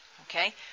okay